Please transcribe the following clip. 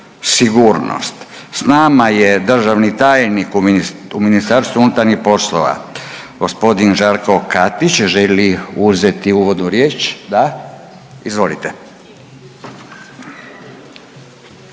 sigurnost. S nama je državni tajnik u Ministarstvo unutarnjih poslova, g. Žarko Katić, želi uzeti uvodnu riječ? Da. Izvolite.